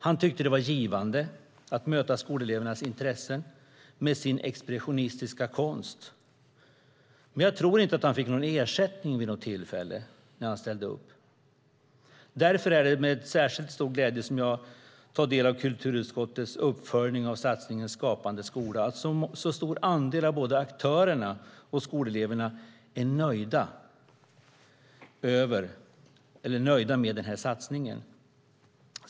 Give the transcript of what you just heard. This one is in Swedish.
Han tyckte att det var givande att möta skolelevernas intresse med sin expressionistiska konst, men jag tror inte att han fick någon ersättning för att han ställde upp. Därför är det med särskilt stor glädje som jag tar del av kulturutskottets uppföljning av satsningen Skapande skola som visar att en stor andel av både aktörerna och skoleleverna är nöjda med satsningen.